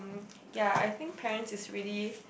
ya I think parents is really